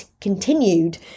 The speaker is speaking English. continued